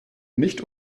nicht